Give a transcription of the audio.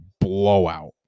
blowout